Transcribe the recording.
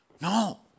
No